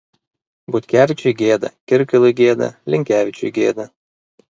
butkevičiui gėda kirkilui gėda linkevičiui gėda